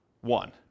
one